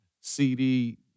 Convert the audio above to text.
CD